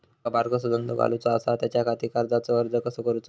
माका बारकोसो धंदो घालुचो आसा त्याच्याखाती कर्जाचो अर्ज कसो करूचो?